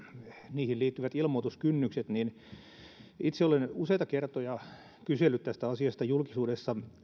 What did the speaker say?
niihin liittyvät ilmoituskynnykset itse olen useita kertoja kysellyt tästä asiasta julkisuudessa